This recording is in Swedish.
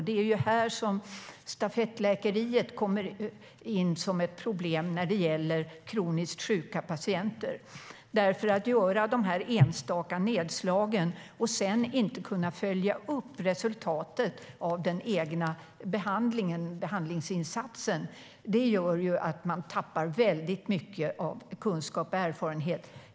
Det är här som stafettläkarna kommer in som ett problem när det gäller kroniskt sjuka patienter. Att göra enstaka nedslag och sedan inte kunna följa upp resultatet av den egna behandlingsinsatsen gör att man tappar väldigt mycket kunskap och erfarenhet.